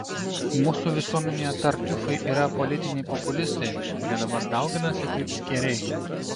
mūsų visuomenėje tartiufai yra politiniai populistai kurie dabar dauginasi kaip skėriai